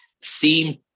seem